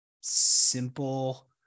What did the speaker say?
simple